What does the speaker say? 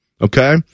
Okay